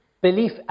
belief